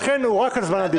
לכן הוא רק על זמן הדיבור.